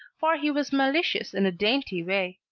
for he was malicious in a dainty way.